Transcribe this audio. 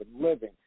living